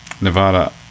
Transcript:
Nevada